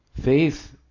Faith